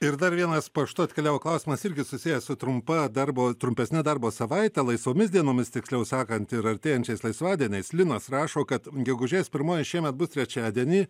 ir dar vienas paštu atkeliavo klausimas irgi susijęs su trumpa darbo trumpesne darbo savaite laisvomis dienomis tiksliau sakant ir artėjančiais laisvadieniais linas rašo kad gegužės pirmoji šiemet bus trečiadienį